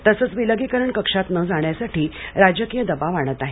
तसंच विलगीकरण कक्षात न जाण्यासाठी राजकीय दबाव आणत आहेत